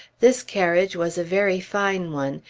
this carriage was a very fine one,